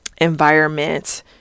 environment